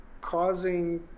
causing